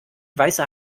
weißer